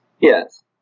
Yes